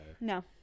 No